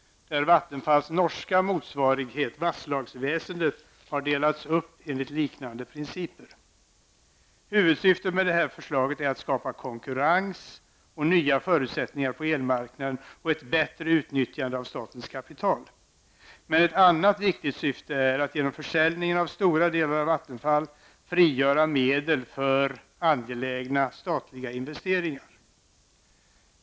Där har Vattenfalls norska motsvarighet Vassdragsvesendet delats upp enligt liknande principer. Huvudsyftet med detta förslag är att skapa konkurrens och nya förutsättningar på elmarknaden och ett bättre utnyttjande av statens kapital. Ett annat viktigt syfte är att genom försäljning av stora delar av Vattenfall frigöra medel för angelägna statliga investeringar.